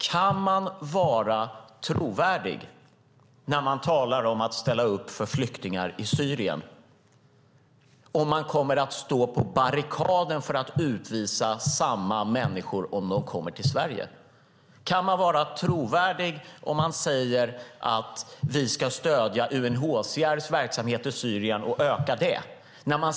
Kan man vara trovärdig när man talar om att ställa upp för flyktingar i Syrien om man kommer att stå på barrikaden för att utvisa samma människor om de kommer till Sverige? Kan man vara trovärdig om man säger: Vi ska stödja UNHCR:s verksamhet i Syrien och öka den?